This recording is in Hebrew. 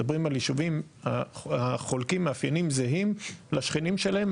מדברים על ישובים החולקים מאפיינים זהים לשכנים שלהם,